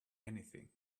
anything